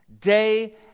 day